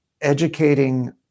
educating